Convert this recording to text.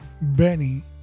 Benny